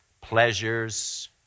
pleasures